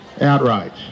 Outrage